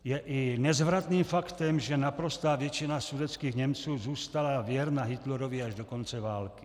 Je i nezvratným faktem, že naprostá většina sudetských Němců zůstala věrna Hitlerovi až do konce války.